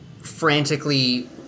frantically